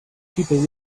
people